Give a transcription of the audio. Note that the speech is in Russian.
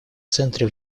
центре